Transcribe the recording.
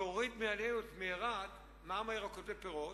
והוריד מעלינו את מארת המע"מ על ירקות ופירות,